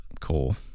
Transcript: Cool